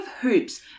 hoops